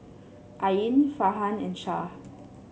Ain Farhan and Shah